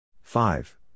five